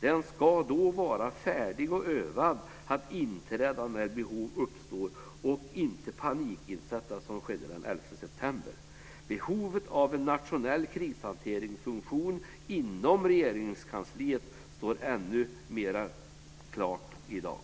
Den ska då vara färdig och övad att inträda när behov uppstår och inte panikinsättas, som skedde den 11 september. Behovet av en nationell krishanteringsfunktion inom Regeringskansliet står ännu mera klart i dag.